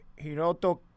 Hiroto